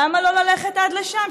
למה לא ללכת עד לשם?